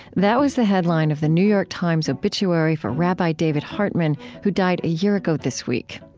that was the headline of the new york times' obituary for rabbi david hartman, who died a year ago this week.